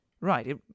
Right